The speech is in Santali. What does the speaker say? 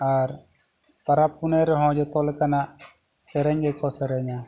ᱟᱨ ᱯᱚᱨᱚᱵᱽ ᱯᱩᱱᱟᱹᱭ ᱨᱮᱦᱚᱸ ᱡᱷᱚᱛᱚ ᱞᱮᱠᱟᱱᱟᱜ ᱥᱮᱨᱮᱧ ᱜᱮᱠᱚ ᱥᱮᱨᱮᱧᱟ